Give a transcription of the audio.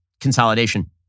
consolidation